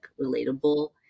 relatable